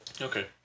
Okay